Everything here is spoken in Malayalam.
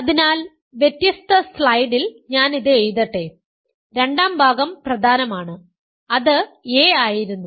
അതിനാൽ വ്യത്യസ്ത സ്ലൈഡിൽ ഞാൻ ഇത് എഴുതട്ടെ രണ്ടാം ഭാഗം പ്രധാനമാണ് അത് a ആയിരുന്നു